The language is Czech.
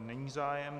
Není zájem.